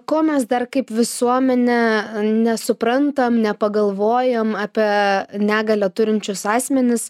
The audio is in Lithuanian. ko mes dar kaip visuomenė nesuprantam nepagalvojam apie negalią turinčius asmenis